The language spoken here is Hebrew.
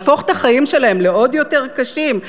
להפוך את החיים שלהם לעוד יותר קשים?